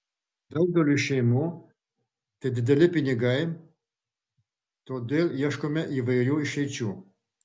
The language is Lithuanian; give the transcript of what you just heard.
daugeliui šeimų tai dideli pinigai todėl ieškome įvairių išeičių